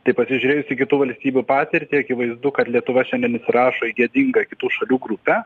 tai pasižiūrėjus į kitų valstybių patirtį akivaizdu kad lietuva šiandien įsirašo į gėdingą kitų šalių grupę